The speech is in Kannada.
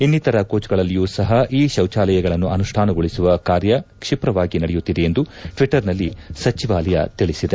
ಇನ್ನಿತರ ಕೋಚ್ಗಳಲ್ಲಿಯೂ ಸಹ ಈ ಶೌಚಾಲಯಗಳನ್ನು ಅನುಷ್ಠಾನಗೊಳಿಸುವ ಕಾರ್ಯ ಕ್ಷಿಪ್ರವಾಗಿ ನಡೆಯುತ್ತಿದೆ ಎಂದು ಟ್ಸಿಟರ್ನಲ್ಲಿ ಸಚಿವಾಲಯ ಈ ವಿಷಯ ತಿಳಿಸಿದೆ